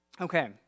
okay